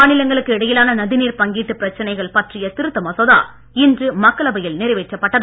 மாநிலங்களுக்கு இடையிலான நதிநீர் பங்கீட்டு பிரச்சனைகள் பற்றிய திருத்த மசோதா இன்று மக்களவையில் நிறைவேற்றப்பட்டது